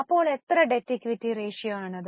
അപ്പോൾ എത്ര debt equity ratio ആണ് അത്